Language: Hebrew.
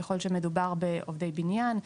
ככל שמדובר בעובדי בניין,